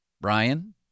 Brian